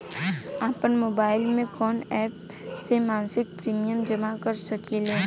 आपनमोबाइल में कवन एप से मासिक प्रिमियम जमा कर सकिले?